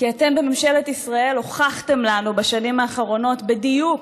כי אתם בממשלת ישראל הוכחתם לנו בשנים האחרונות בדיוק